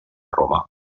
roma